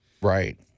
Right